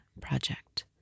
project